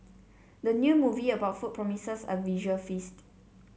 the new movie about food promises a visual feast